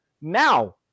Now